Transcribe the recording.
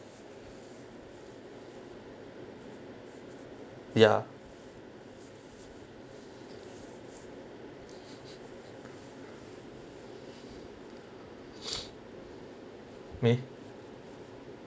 ya me